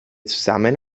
zusammen